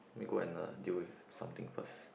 go and uh deal with something first